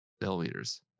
millimeters